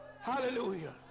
Hallelujah